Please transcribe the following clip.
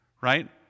Right